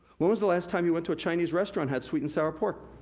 when was the last time you went to a chinese restaurant, had sweet and sour pork?